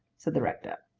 said the rector.